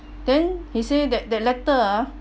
then he say that that letter ah